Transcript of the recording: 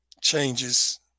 changes